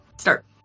start